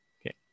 Okay